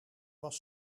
was